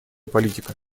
политика